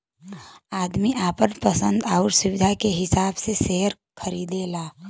आदमी आपन पसन्द आउर सुविधा के हिसाब से सेअर खरीदला